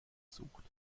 sucht